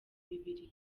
bibiliya